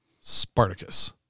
Spartacus